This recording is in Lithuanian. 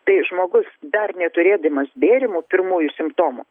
tai žmogus dar neturėdamas bėrimų pirmųjų simptomų